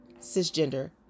cisgender